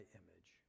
image